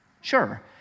sure